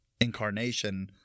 incarnation